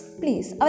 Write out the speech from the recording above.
please